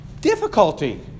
difficulty